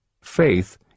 faith